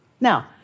Now